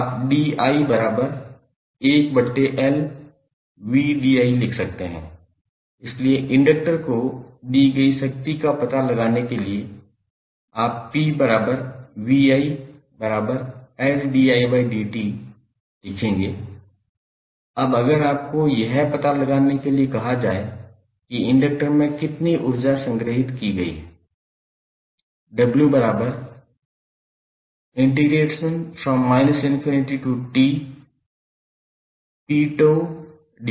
आप 𝑑𝑖 1𝐿𝑣 𝑑𝑖 लिख सकते हैं इसलिए इंडक्टर को दी गई शक्ति का पता लगाने के लिए आप 𝑝𝑣𝑖𝐿𝑑𝑖𝑑𝑡 𝑖 लिखेंगे अब अगर आपको यह पता लगाने के लिए कहा जाए कि इंडक्टर में कितनी ऊर्जा संग्रहीत की गई है